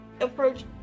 approach